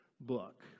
book